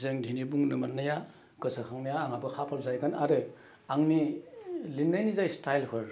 जों दिनै बुंनो मोन्नाया गोसो खांनाया आंहाबो खाफाल जाहैगोन आरो आंनि लिरनायनि जाय स्टाइलफोर